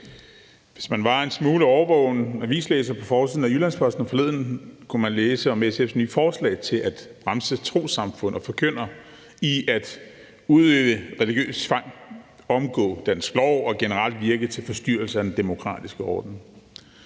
Hvis man var en smule årvågen avislæser, kunne man på forsiden af Jyllands-Posten forleden læse om SF's nye forslag til at bremse trossamfund og forkyndere i at udøve religiøs tvang og omgå dansk lov og generelt virke til forstyrrelse af den demokratiske orden.